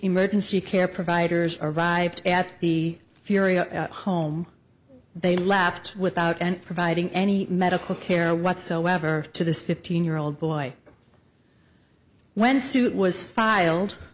emergency care providers arrived at the furia home they left without and providing any medical care whatsoever to this fifteen year old boy when a suit was filed